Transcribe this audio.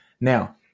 Now